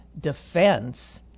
defense